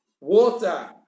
water